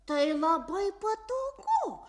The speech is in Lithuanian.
tai labai patogu